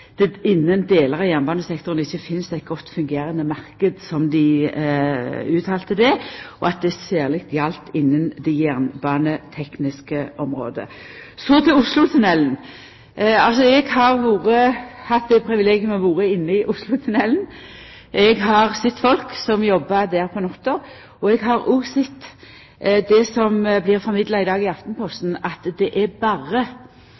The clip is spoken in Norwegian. det innan delar av jernbanesektoren ikkje finst ein god fungerande marknad – som dei uttalte det – og at det særleg gjaldt innan det jernbanetekniske området. Så til Oslotunnelen. Eg har hatt det privilegium å ha vore inne i Oslotunnelen. Eg har sett folk som jobba der om natta, og eg har òg sett det som blir formidla i dag i Aftenposten, at det er berre